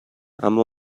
اما